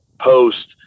post